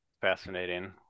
fascinating